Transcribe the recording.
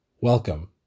Welcome